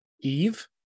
Eve